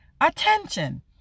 Attention